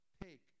take